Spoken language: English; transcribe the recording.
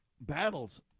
battles